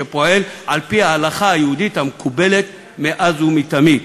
שפועל על-פי ההלכה היהודית המקובלת מאז ומתמיד.